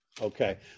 okay